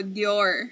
Dior